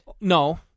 No